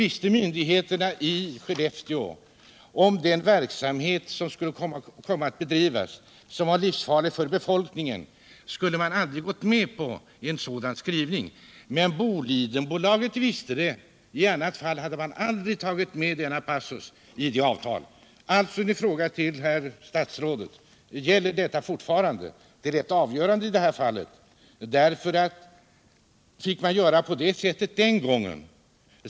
Visste myndigheterna i Skellefteå om att den verksamhet som skulle komma att bedrivas skulle vara livsfarlig för befolkningen, skulle man aldrig ha gått med på en sådan skrivning. Men Bolidenbolaget visste det. I annat fall hade man aldrig tagit med denna passus i avtalet. Min fråga till herr statsrådet är alltså: Gäller detta fortfarande? Det är rätt avgörande i detta fall dårför att man fick göra på så sätt den gången.